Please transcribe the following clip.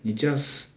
你 just